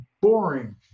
boring